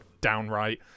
downright